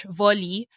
volley